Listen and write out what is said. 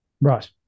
Right